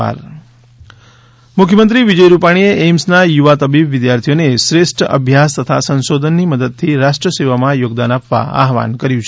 Rajkot AIIMS મુખ્યમંત્રી વિજય રૂપાણીએ એઇમ્સના યુવા તબીબ વિદ્યાર્થીઓને શ્રેષ્ઠ અભ્યાસ તથા સંશોધનની મદદથી રાષ્ટ્રસેવામાં યોગદાન આપવા આહવાન કર્યું છે